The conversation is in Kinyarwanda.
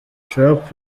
trump